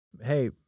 hey